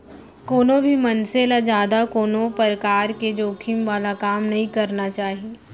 कोनो भी मनसे ल जादा कोनो परकार के जोखिम वाला काम नइ करना चाही